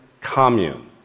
Commune